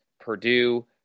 Purdue